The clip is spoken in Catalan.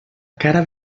cara